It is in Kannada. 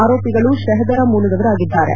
ಆರೋಪಿಗಳು ಷೆಹದರ ಮೂಲದವರಾಗಿದ್ದಾರೆ